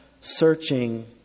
searching